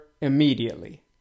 immediately